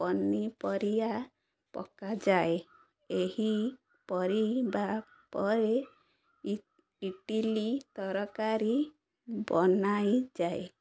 ପନିପରିବା ପକାଯାଏ ଏହି ପରିବା ପରେଇ ଇଟିଲି ତରକାରୀ ବନାଇଯାଏ